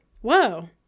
Whoa